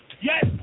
Yes